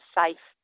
safe